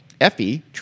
Effie